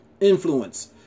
Influence